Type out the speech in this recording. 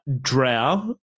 drow